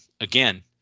Again